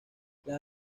las